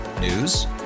News